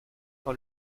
par